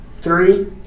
three